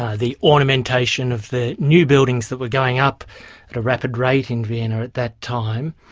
ah the ornamentation of the new buildings that were going up at a rapid rate in vienna at that time.